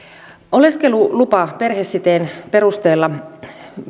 oleskelulupa perhesiteen perusteella